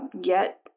get